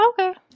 Okay